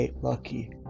Lucky